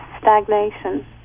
stagnation